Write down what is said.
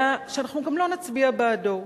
אלא שאנחנו גם לא נצביע בעדו,